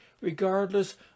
regardless